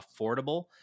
affordable